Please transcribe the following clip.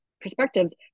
perspectives